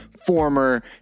Former